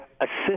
assist